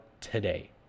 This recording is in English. today